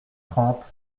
trente